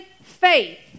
faith